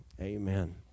Amen